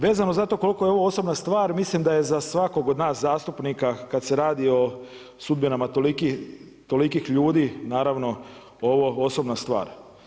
Vezano za to koliko je ovo osobna stvar, mislim da je za svakog od nas zastupnika kad se radi o sudbinama tolikih ljudi, naravno ovo osobna stvar.